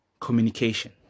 communication